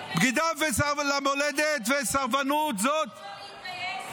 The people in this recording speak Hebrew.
אבל לא להתגייס --- בגידה במולדת וסרבנות --- ולא להתגייס?